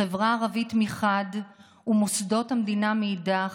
החברה הערבית מחד ומוסדות המדינה מאידך,